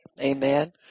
Amen